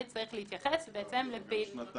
וצריך להתייחס בהתאם למכלול.